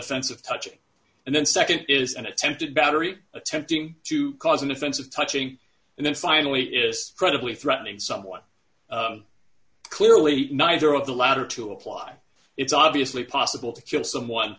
offensive touching and then nd is an attempted battery attempting to cause an offensive touching and then finally is credibly threatening someone clearly neither of the latter two apply it's obviously possible to kill someone